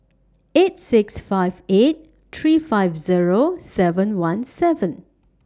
eight six five eight three five Zero seven one seven